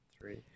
three